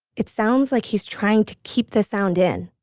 it sounds like he is trying to keep the sound in,